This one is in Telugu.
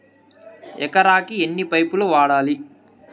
ఎకరాకి ఎన్ని పైపులు వాడాలి?